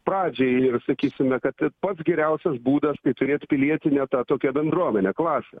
pradžiai ir sakysime kad pats geriausias būdas turėt pilietinę tą tokią bendruomenę klasę